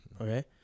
Okay